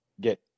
get